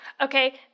Okay